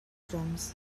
drums